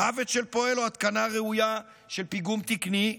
מוות של פועל או התקנה ראויה של פיגום תקני?